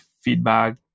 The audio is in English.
feedback